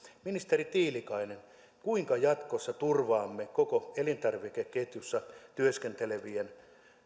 ministeri tiilikainen kuinka jatkossa turvaamme koko elintarvikeketjussa työskentelevien